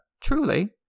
truly